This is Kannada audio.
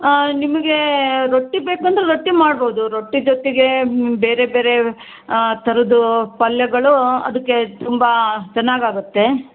ನಿಮಗೆ ರೊಟ್ಟಿ ಬೇಕು ಅಂದರೆ ರೊಟ್ಟಿ ಮಾಡ್ಬೋದು ರೊಟ್ಟಿ ಜೊತೆಗೆ ಬೇರೆ ಬೇರೆ ಥರದ್ದು ಪಲ್ಯಗಳು ಅದಕ್ಕೆ ತುಂಬ ಚೆನ್ನಾಗಿ ಆಗುತ್ತೆ